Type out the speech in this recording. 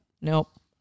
Nope